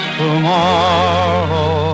tomorrow